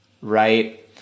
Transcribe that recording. Right